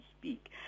speak